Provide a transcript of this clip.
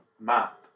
map